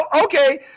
okay